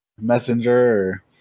messenger